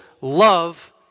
love